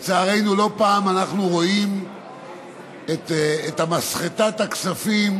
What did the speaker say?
לצערנו, לא פעם אנחנו ראויים את מסחטת הכספים